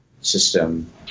system